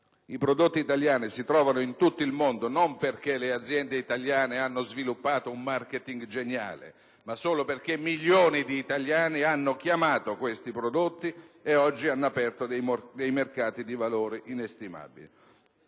I prodotti italiani si trovano in tutto il mondo non perché le aziende italiane hanno sviluppato un *marketing* geniale, ma solo perché milioni di italiani hanno richiamato questi prodotti ed oggi hanno aperto mercati di valore inestimabile.